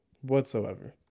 Whatsoever